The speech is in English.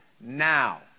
now